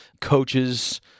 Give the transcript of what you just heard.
coaches